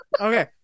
Okay